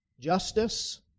justice